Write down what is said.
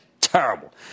terrible